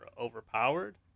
overpowered